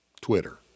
Twitter